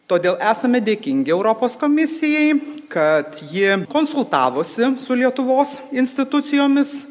todėl esame dėkingi europos komisijai kad ji konsultavosi su lietuvos institucijomis